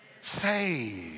Saved